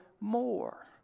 more